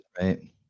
right